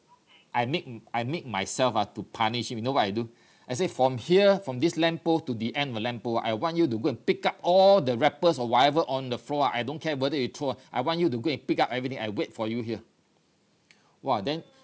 I make I make myself ah to punish him you know what I do I say from here from this lamp pole to the end of the lamp pole I want you to go and pick up all the wrappers or whatever on the floor ah I don't care whether you throw ah I want you to go and pick up everything I wait for you here !wah! then